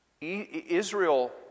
Israel